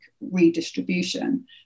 redistribution